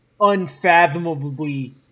unfathomably –